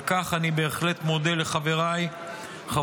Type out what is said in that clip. על כך אני בהחלט מודה לחבריי חברי